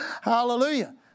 Hallelujah